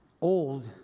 old